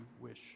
wish